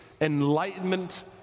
enlightenment